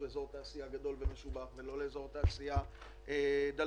אזור תעשייה גדול ומשובח לא לאזור תעשייה דלתון,